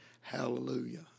hallelujah